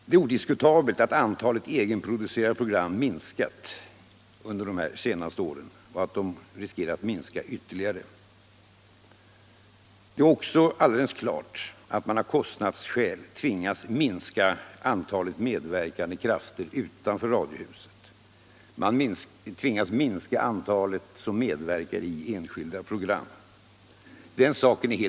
Det är odiskutabelt att antalet egenproducerade program minskat under de senaste åren och att de riskerar att minska ytterligare. Det är också alldeles klart att man av kostnadsskäl har tvingats minska antalet medverkande krafter utanför radiohuset. Man måste minska antalet medverkande i enskilda program.